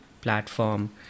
platform